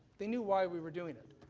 they knew why we were doing it.